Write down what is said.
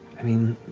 i mean,